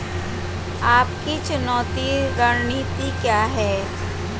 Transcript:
आपकी चुकौती रणनीति क्या है?